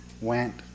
went